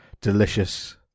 delicious